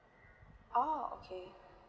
oh okay